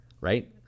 right